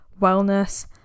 wellness